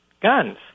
guns